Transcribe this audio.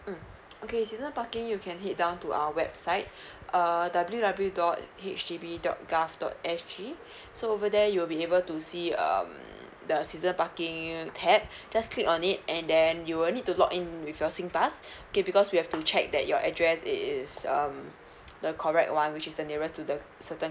mm okay season parking you can head down to our website err W W dot H D B dot gov dot S G so over there you will be able to see um the season parking tab just click on it and then you will need to login with your SINGPASS okay because we have to check that your address it is um the correct one which is the nearest to the certain